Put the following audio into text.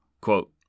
Quote